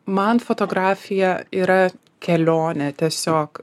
man fotografija yra kelionė tiesiog